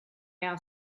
our